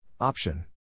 Option